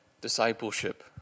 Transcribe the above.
discipleship